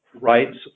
rights